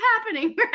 happening